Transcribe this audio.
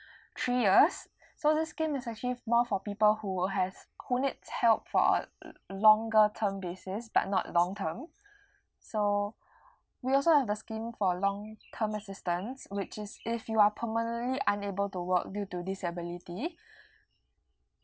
three years so this scheme is actually more for people who has who needs help for a longer term basis but not long term so we also have the scheme for long term assistance which is if you are permanently unable to walk due to disability